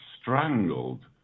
strangled